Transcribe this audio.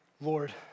Lord